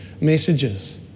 messages